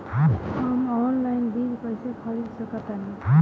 हम ऑनलाइन बीज कईसे खरीद सकतानी?